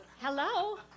hello